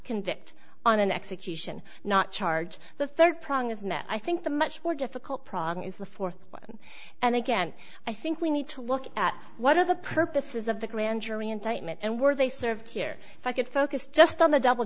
convict on an execution not charge the third prong as i think the much more difficult problem is the fourth one and again i think we need to look at what are the purposes of the grand jury indictment and where they served here if i could focus just on the double